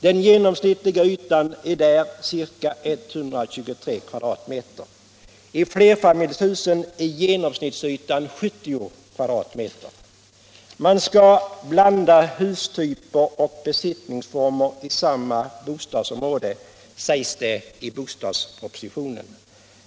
Den genomsnittliga ytan är där ca 123 m?, I flerfamiljshusen är genomsnittsytan 70 m?. Man skall blanda hustyper och besittningsformer i samma bostadsområde, sägs det i bostadspropositionen.